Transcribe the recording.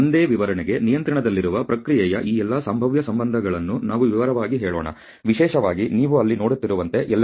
ಒಂದೇ ವಿವರಣೆಗೆ ನಿಯಂತ್ರಣದಲ್ಲಿರುವ ಪ್ರಕ್ರಿಯೆಯ ಈ ಎಲ್ಲಾ ಸಂಭಾವ್ಯ ಸಂಬಂಧಗಳನ್ನು ನಾವು ವಿವರವಾಗಿ ಹೇಳೋಣ ವಿಶೇಷವಾಗಿ ನೀವು ಅಲ್ಲಿ ನೋಡುತ್ತಿರುವಂತೆ LSL